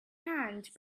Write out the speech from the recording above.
hand